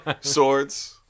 Swords